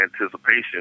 anticipation